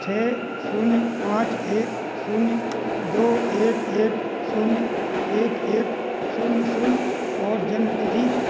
छः शून्य पाँच एक शून्य दो एक एक शून्य एक एक शून्य शून्य और जन्म तिथि